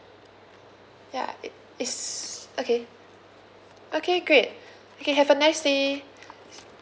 yeah it it's okay okay great okay have a nice day